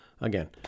again